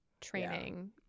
training